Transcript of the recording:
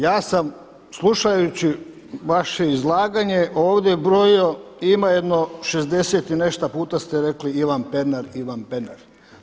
Ja sam slušajući vaše izlaganje ovdje brojio ima jedno 60 i nešto puta ste rekli Ivan Pernar, Ivan Pernar.